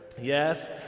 Yes